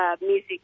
Music